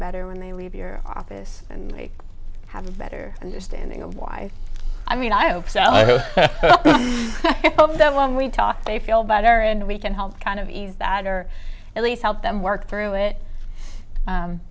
better when they leave your office and they have a better understanding of why i mean i hope so over the long we talk they feel better and we can help kind of ease bad or at least help them work through it